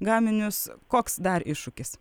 gaminius koks dar iššūkis